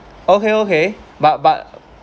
okay okay but but